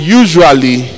usually